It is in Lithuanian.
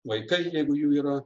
vaikai jeigu jų yra